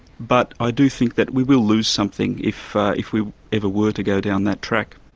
but i do think that we will lose something if if we ever were to go down that track.